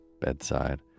bedside